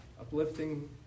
uplifting